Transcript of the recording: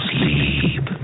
Sleep